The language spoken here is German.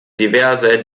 diverser